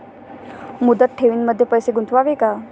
मुदत ठेवींमध्ये पैसे गुंतवावे का?